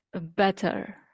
better